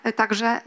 także